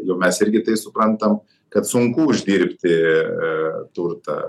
jau mes irgi tai suprantam kad sunku uždirbti turtą